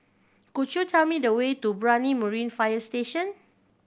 could you tell me the way to Brani Marine Fire Station